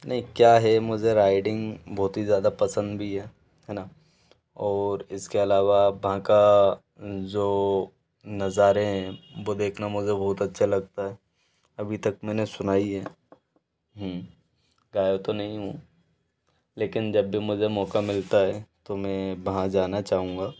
नही क्या है मुझे राइडिंग बहुत ही ज़्यादा पसंद भी है है ना और इसके अलावा वहाँ के जो नज़ारे हैं वो देखना मुझे बहुत अच्छा लगता है अभी तक मैंने सुना ही है गया तो नहीं हूँ लेकिन जब भी मुझे मौक़ा मिलता है तो में वहाँ जाना चाहूँगा